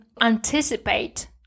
anticipate